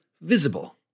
Visible